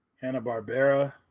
hanna-barbera